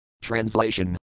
Translation